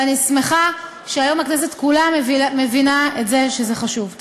ואני שמחה שהיום הכנסת כולה מבינה את זה שזה חשוב.